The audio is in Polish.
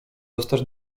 dostać